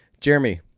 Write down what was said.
Jeremy